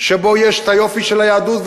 שבו יש היופי של היהדות,